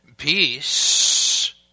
peace